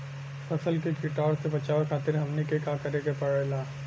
फसल के कीटाणु से बचावे खातिर हमनी के का करे के पड़ेला?